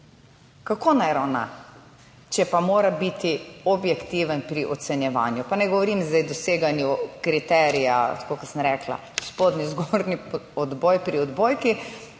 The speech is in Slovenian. Kako naj ravna, če pa mora biti objektiven pri ocenjevanju? Pa ne govorim zdaj o doseganju kriterija, tako kot sem rekla, spodnji, zgornji odboj pri odbojki,